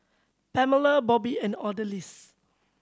Pamela Bobbie and Odalis